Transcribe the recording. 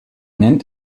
nennt